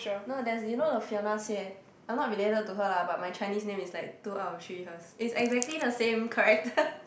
no there's you know the Fiona-Xie I'm not related to her lah but my Chinese name is like two out of three hers is exactly the same character